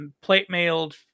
plate-mailed